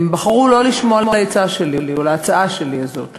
והם בחרו שלא לשמוע לעצה שלי או להצעה הזאת שלי.